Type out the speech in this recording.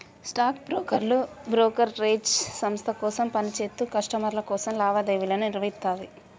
stock బ్రోకర్లు brokerage సంస్థ కోసం పని చేత్తూ కస్టమర్ల కోసం లావాదేవీలను నిర్వహిత్తారు